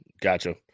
Gotcha